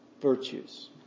virtues